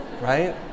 right